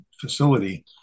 facility